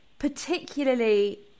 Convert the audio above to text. particularly